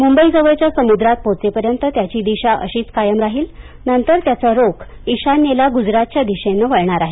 मुंबई जवळच्या समुद्रात पोहोचेपर्यंत त्याची दिशा अशीच कायम राहील नंतरत्याचा रोख इशान्येला गुजरातच्या दिशेनं वळणार आहे